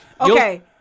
okay